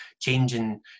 changing